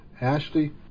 Ashley